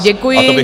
Děkuji.